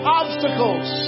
obstacles